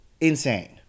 insane